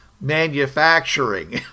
manufacturing